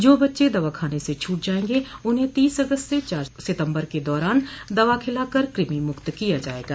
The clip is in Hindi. जो बच्चे दवा खाने से छूट जायेंगे उन्हें तीस अगस्त से चार सितम्बर के दौरान दवा खिला कर कृमि मुक्त किया जायेगा